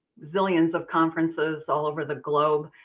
zillions of conferences all over the globe.